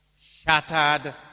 shattered